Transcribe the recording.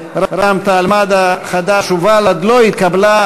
רע"ם-תע"ל-מד"ע, חד"ש ובל"ד לא התקבלה.